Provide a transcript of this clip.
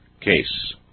case